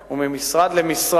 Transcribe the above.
2. אם כן, מה נעשה למנוע זאת?